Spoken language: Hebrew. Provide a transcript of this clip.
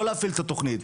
לא להפעיל את התוכנית.